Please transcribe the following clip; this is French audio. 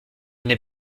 n’est